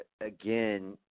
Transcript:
again